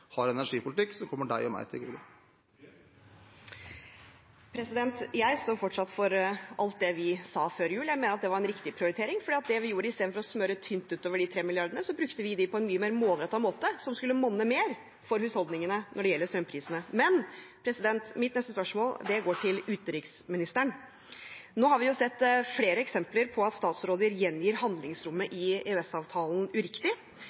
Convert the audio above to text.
har en energipolitikk som kommer deg og meg til gode. Tina Bru – til oppfølgingsspørsmål. Jeg står fortsatt for alt det vi sa før jul, og mener at det var en riktig prioritering, for det vi gjorde i stedet for å smøre de 3 mrd. kr tynt utover, var å bruke dem på en mye mer målrettet måte som skulle monne mer for husholdningene når det gjelder strømprisene. Men mitt neste spørsmål går til utenriksministeren. Nå har vi sett flere eksempler på at statsråder gjengir handlingsrommet i EØS-avtalen uriktig,